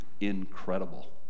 incredible